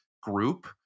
group